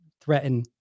threaten